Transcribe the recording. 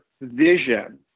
vision